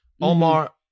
Omar